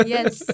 Yes